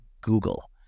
Google